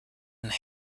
and